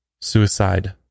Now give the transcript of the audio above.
suicide